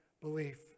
belief